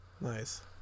Nice